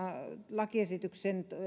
lakiesityksen